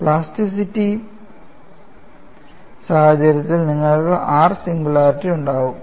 plasticity സാഹചര്യത്തിൽ നിങ്ങൾക്ക് r singularity ഉണ്ടാകും